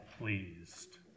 pleased